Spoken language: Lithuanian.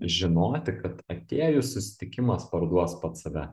žinoti kad atėjus susitikimas parduos pats save